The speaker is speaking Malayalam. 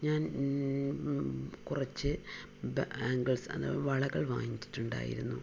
ഞാൻ കുറച്ച് ബാങ്കിൾസ് അഥവാ വളകൾ വാങ്ങിച്ചിട്ടുണ്ടായിരുന്നു